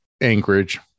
Anchorage